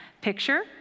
Picture